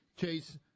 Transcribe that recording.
Chase